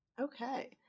Okay